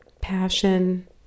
passion